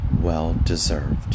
well-deserved